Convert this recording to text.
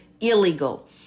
illegal